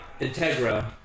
Integra